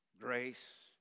Grace